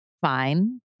Fine